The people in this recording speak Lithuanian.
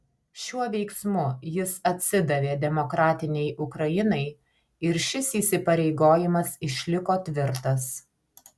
šiuo veiksmu jis atsidavė demokratinei ukrainai ir šis įsipareigojimas išliko tvirtas